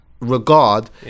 regard